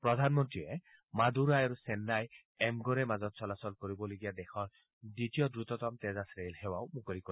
প্ৰধানমন্ত্ৰীয়ে মাদুৰাই আৰু চেন্নাই এগমৰেৰ মাজত চলাচল কৰিবলগীয়া দেশৰ দ্বিতীয় দ্ৰুততম তেজাছ ৰেলসেৱাও মুকলি কৰে